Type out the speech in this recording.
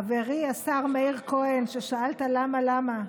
חברי השר מאיר כהן, שאלת למה, למה,